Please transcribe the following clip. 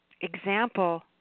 example